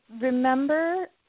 remember